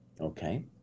okay